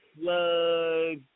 Slug